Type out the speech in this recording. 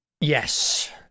yes